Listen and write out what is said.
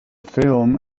film